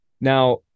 Now